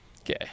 Okay